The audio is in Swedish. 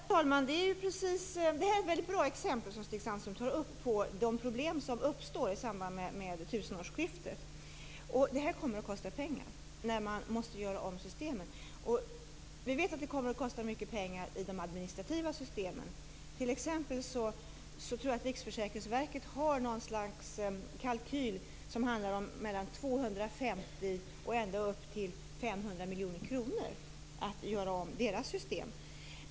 Herr talman! Stig Sandström tar upp väldigt bra exempel på de problem som uppstår i samband med tusenårsskiftet. Det kommer att kosta pengar att göra om systemen. Vi vet att det kommer att kosta mycket pengar i de administrativa systemen. T.ex. tror jag att Riksförsäkringsverket har något slags kalkyl på mellan 250 miljoner och ända upp till 500 miljoner kronor för att göra om sitt system.